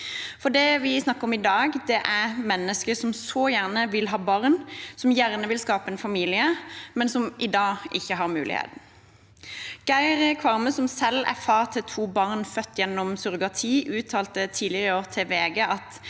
Det vi snakker om i dag, er mennesker som så gjerne vil ha barn, som gjerne vil skape en familie, men som i dag ikke har muligheten. Geir Kvarme, som selv er far til to barn født gjennom surrogati, uttalte tidligere i år til VG: